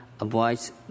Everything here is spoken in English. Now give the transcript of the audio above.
avoids